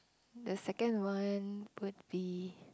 the second one would be